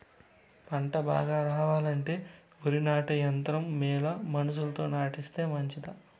పంట బాగా రావాలంటే వరి నాటే యంత్రం మేలా మనుషులతో నాటిస్తే మంచిదా?